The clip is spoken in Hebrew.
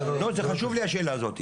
חשובה לי השאלה הזו.